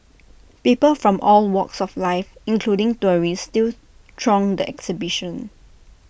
people from all walks of life including tourists still throng the exhibition